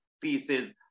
pieces